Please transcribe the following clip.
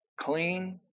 clean